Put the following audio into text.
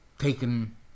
taken